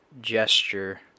gesture